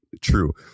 true